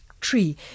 tree